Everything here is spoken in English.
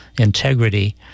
integrity